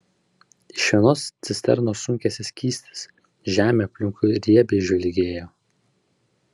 iš vienos cisternos sunkėsi skystis žemė aplinkui riebiai žvilgėjo